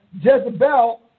Jezebel